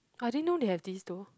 I didn't know they have this though